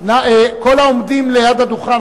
כל העומדים ליד הדוכן,